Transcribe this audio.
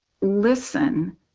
listen